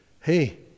hey